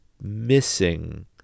missing